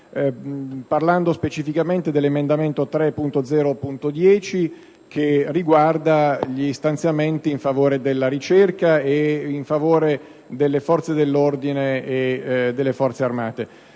Baldassarri illustrando l'emendamento 3.0.10, che riguarda gli stanziamenti in favore della ricerca ed in favore delle forze dell'ordine e delle Forze armate.